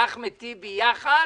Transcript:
ואחמד טיבי יחד